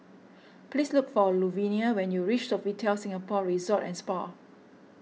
please look for Luvenia when you reach Sofitel Singapore Resort and Spa